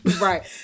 right